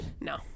No